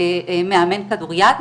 מאמן כדוריד,